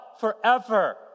forever